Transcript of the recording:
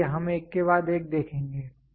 इसलिए हम एक के बाद एक देखेंगे